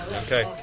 Okay